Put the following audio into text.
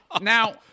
Now